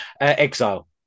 exile